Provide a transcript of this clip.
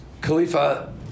Khalifa